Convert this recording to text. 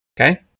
Okay